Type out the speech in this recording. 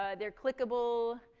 ah they're clickable.